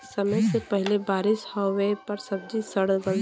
समय से पहिले बारिस होवे पर सब्जी सड़ गल जाला